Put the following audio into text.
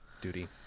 duty